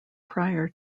prior